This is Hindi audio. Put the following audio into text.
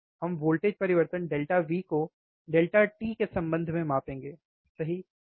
हम वोल्टेज परिवर्तन V को t के संबंध में मापेंगे सही क्यों